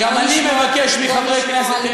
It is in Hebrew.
גם אני מבקש מחברי כנסת,